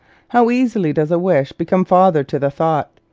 how easily does a wish become father to the thought!